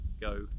Go